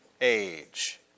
age